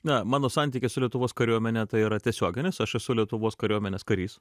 na mano santykis su lietuvos kariuomene tai yra tiesioginis aš esu lietuvos kariuomenės karys